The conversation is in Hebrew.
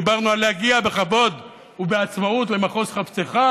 דיברנו על להגיע בכבוד ובעצמאות למחוז חפצך.